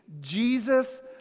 Jesus